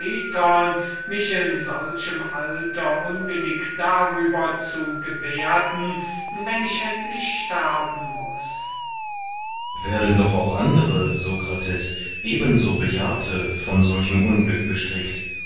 mich in solchem alter unwillig darüber zu gebärden wenn ich endlich sterben muß kriton werden doch auch andere sokrates ebenso bejahrte von solchem unglück bestrickt